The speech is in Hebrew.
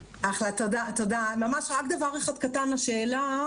רק דבר אחד קטן לשאלה,